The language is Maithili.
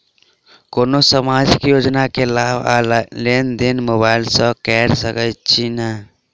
कोनो सामाजिक योजना केँ लाभ आ लेनदेन मोबाइल सँ कैर सकै छिःना?